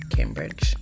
Cambridge